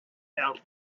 out